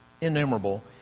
innumerable